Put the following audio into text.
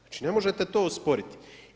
Znači ne možete to osporiti.